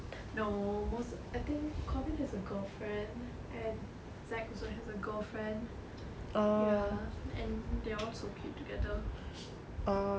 no most I think corbyn has a girlfriend and zack also has a girlfriend ya and they're all so cute together